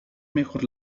mejor